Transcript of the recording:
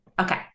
Okay